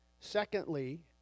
Secondly